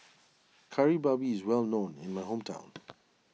Kari Babi is well known in my hometown